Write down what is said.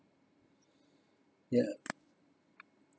ya